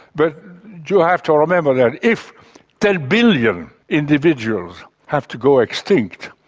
but you have to remember that if ten billion individuals have to go extinct,